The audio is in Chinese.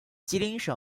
吉林省